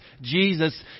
Jesus